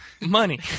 money